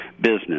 business